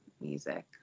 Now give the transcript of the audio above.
music